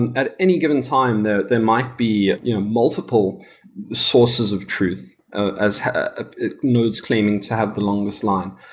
and at any given time though, there might be multiple sources of truth as ah nodes claiming to have the longest line,